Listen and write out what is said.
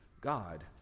God